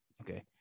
okay